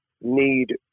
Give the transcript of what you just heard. need